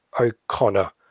O'Connor